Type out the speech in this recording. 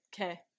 okay